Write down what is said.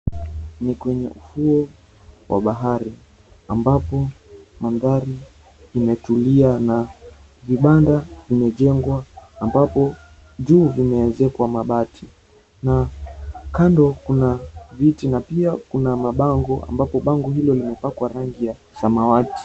Ni kwenye ufuo wa bahari ambapo mandhari imetulia na vibanda vimejengwa ambapo juu vimeanzia kwa mabati na kando kuna viti na pia kuna mabango ambapo bango hilo limepakwa rangi ya samawati.